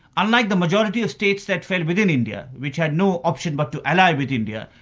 unlike the majority of states that fell within india, which had no option but to ally with india,